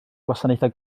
gwasanaethau